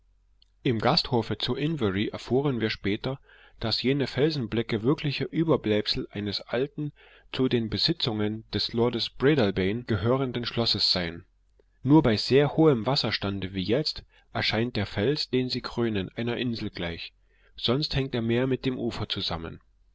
im gasthofe zu inverary erfuhren wir später daß jene felsenblöcke wirkliche überbleibsel eines uralten zu den besitzungen des lord breadalbane gehörenden schlosses seien nur bei sehr hohem wasserstande wie jetzt erscheint der fels den sie krönen einer insel gleich sonst hängt mehr mit dem ufer zusammen